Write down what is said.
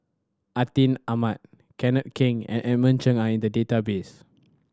Atin Amat Kenneth Keng and Edmund Cheng are in the database